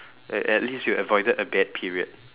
at at least you avoided a bad period